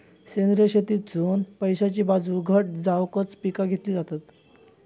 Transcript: सेंद्रिय शेतीतसुन पैशाची बाजू घट जावकच पिका घेतली जातत